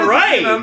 right